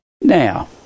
Now